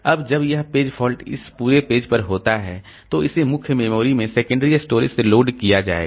अब जब यह पेज फॉल्ट इस पूरे पेज पर होता है तो इसे मुख्य मेमोरी में सेकेंडरी स्टोरेज से लोड किया जाएगा